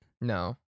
No